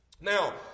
Now